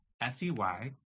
S-E-Y